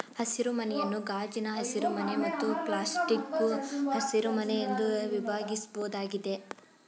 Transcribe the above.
ಹಸಿರುಮನೆಯನ್ನು ಗಾಜಿನ ಹಸಿರುಮನೆ ಮತ್ತು ಪ್ಲಾಸ್ಟಿಕ್ಕು ಹಸಿರುಮನೆ ಎಂದು ವಿಭಾಗಿಸ್ಬೋದಾಗಿದೆ